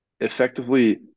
effectively